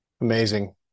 Amazing